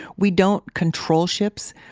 we don't control ships.